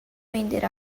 vender